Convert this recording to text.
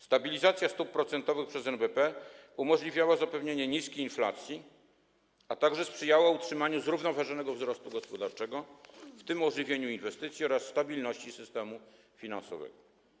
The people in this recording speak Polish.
Stabilizacja stóp procentowych przez NBP umożliwiała zapewnienie niskiej inflacji, a także sprzyjała utrzymaniu zrównoważonego wzrostu gospodarczego, w tym ożywieniu inwestycji oraz stabilności systemu finansowego.